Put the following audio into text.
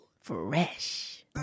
Fresh